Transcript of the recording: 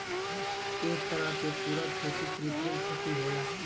ए तरह के पूरा खेती कृत्रिम खेती होला